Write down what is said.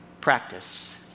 practice